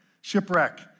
shipwreck